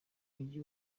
mujyi